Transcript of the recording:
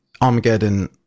Armageddon